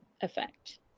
effect